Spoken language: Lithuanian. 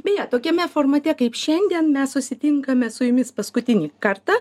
beje tokiame formate kaip šiandien mes susitinkame su jumis paskutinį kartą